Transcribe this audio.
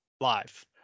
live